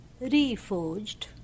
reforged